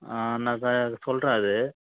ஆ நான் அது சொல்கிறேன் அது